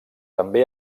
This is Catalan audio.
també